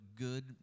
Good